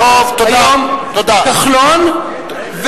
כחלון,